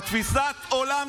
אתם הורסים.